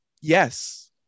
Yes